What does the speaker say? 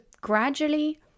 gradually